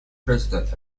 president